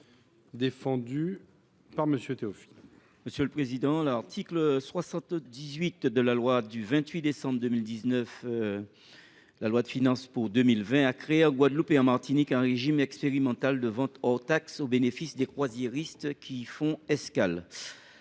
à M. Dominique Théophile. L’article 78 de la loi du 28 décembre 2019 de finances pour 2020 a créé en Guadeloupe et en Martinique un régime expérimental de vente hors taxes au bénéfice des croisiéristes qui y font escale.